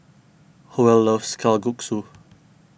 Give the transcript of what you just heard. Howell loves Kalguksu